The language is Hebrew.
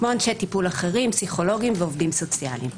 כמו אנשי טיפול אחרים פסיכולוגים ועובדים סוציאליים.